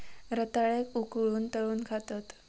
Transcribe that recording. रताळ्याक उकळवून, तळून खातत